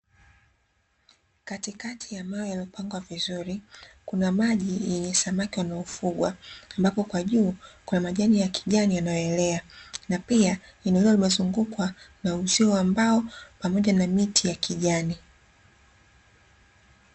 Katikati ya mawe yaliyopangwa vizuri kuna maji yenye samaki wanaofugwa. Ambapo kwa juu kuna majani ya kijani yanayoelea, na pia eneo hilo limezungukwa na uzio wa mbao pamoja na miti ya kijani.